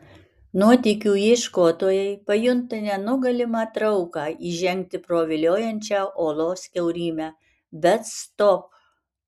nuotykių ieškotojai pajunta nenugalimą trauką įžengti pro viliojančią olos kiaurymę bet stop